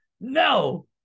No